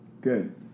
Good